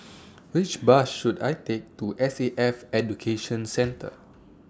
Which Bus should I Take to S A F Education Centre